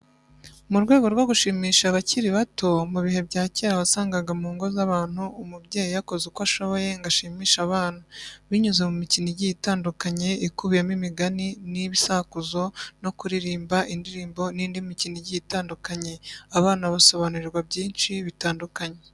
Mu rwego rwo gushimisha abakiri ibato, mu bihe bya cyera wasangaga mu ngo za bantu umubyeyi yakoze uko ashoboye ngo ashimishe abana, binyuze mu mikino igiye itandukanye, ikubiyemo imigani n'ibi akuzo no kuririmba indirimbo n'indi mikino igiye itandukanye, abana basobanurirwa byinshi bitandukanye.